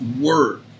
work